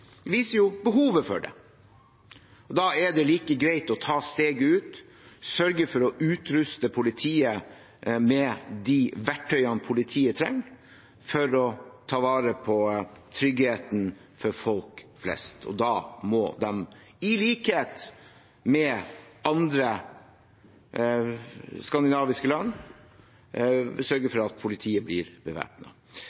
viser jo behovet for det. Da er det like greit å ta steget ut og sørge for å utruste politiet med de verktøyene politiet trenger for å ta vare på tryggheten for folk flest. Da må man, i likhet med andre skandinaviske land,